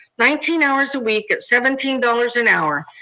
nineteen hours a week at seventeen dollars an hour.